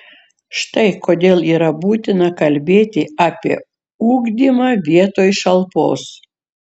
štai kodėl yra būtina kalbėti apie ugdymą vietoj šalpos